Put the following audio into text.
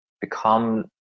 become